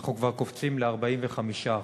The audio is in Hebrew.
אנחנו כבר קופצים ל-45%.